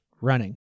running